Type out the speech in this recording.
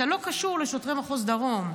אתה לא קשור לשוטרי מחוז דרום,